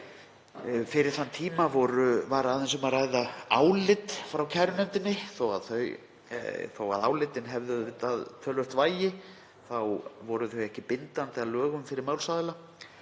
Fyrir þann tíma var aðeins um að ræða álit frá kærunefndinni. Þó að álitin hefðu auðvitað töluvert vægi voru þau ekki bindandi að lögum fyrir málsaðila.